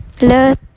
let